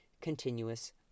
continuous